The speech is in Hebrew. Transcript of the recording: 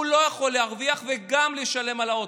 הוא לא יכול להרוויח וגם לשלם על האוטובוס,